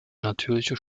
natürliche